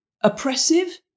oppressive